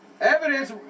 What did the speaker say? Evidence